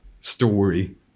story